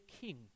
king